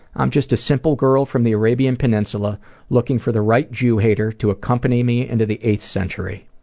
i'm just a simple girl from the arabian peninsula looking for the right jew-hater to accompany me into the eighth century.